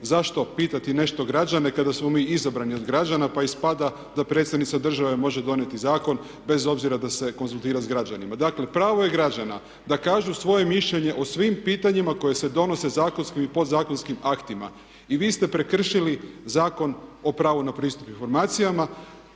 zašto pitati nešto građane kada smo mi izabrani od građana pa ispada da predsjednica države može donijeti zakon bez obzira da se konzultira sa građanima. Dakle, pravo je građana da kažu svoje mišljenje o svim pitanjima koja se donose zakonskim i podzakonskim aktima. I vi ste prekršili Zakon o pravu na pristup informacijama.